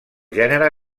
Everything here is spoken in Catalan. gènere